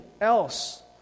else